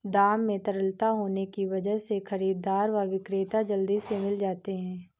दाम में तरलता होने की वजह से खरीददार व विक्रेता जल्दी से मिल जाते है